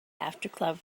aftercluv